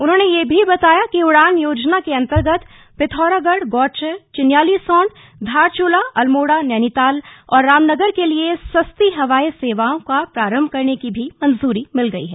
उन्होंने यह भी बताया कि उड़ान योजना के अन्तर्गत पिथौरागढ गौचर चिन्यालीसोंण धारचूला अल्मोडा नैनीताल और रामनगर के लिए सस्ती हवाई सेवाओ को प्रारम्भ करने की मंजूरी मिल गई है